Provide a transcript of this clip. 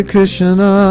Krishna